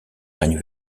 règne